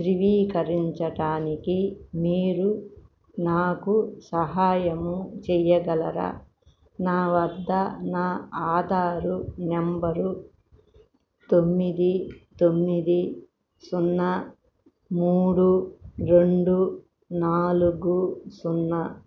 ధృవీకరించటానికి మీరు నాకు సహాయము చేయగలరా నా వద్ద నా ఆధారు నెంబరు తొమ్మిది తొమ్మిది సున్నా మూడు రెండు నాలుగు సున్నా